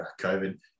COVID